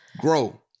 grow